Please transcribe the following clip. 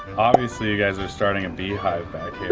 obviously, you guys are starting a beehive back here